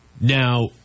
Now